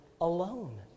alone